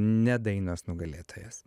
ne dainos nugalėtojos